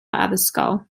addysgol